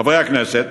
חברי הכנסת,